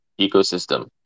ecosystem